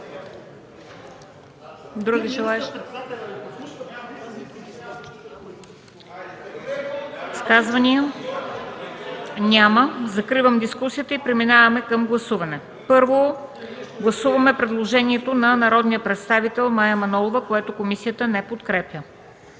Други желаещи за изказване? Няма. Закривам дискусията и преминаваме към гласуване. Първо, гласуваме предложението на народния представител Мая Манолова, което комисията не подкрепя.